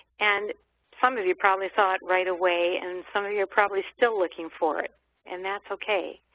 and some of you probably saw it right away and some of you are probably still looking for it and that's okay,